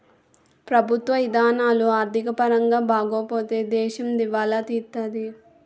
ప్రభుత్వ ఇధానాలు ఆర్థిక పరంగా బాగోపోతే దేశం దివాలా తీత్తాది